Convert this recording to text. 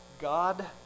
God